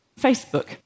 Facebook